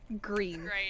green